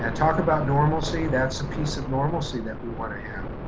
and talk about normalcy, that's a piece of normalcy that we wanna have.